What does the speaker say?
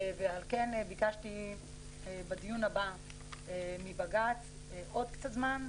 ועל כן ביקשתי בדיון הבא מבג"ץ עוד קצת זמן,